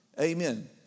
Amen